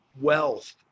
wealth